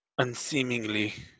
unseemingly